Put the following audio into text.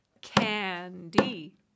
Candy